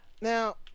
Now